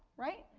right?